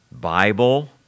Bible